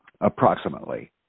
Approximately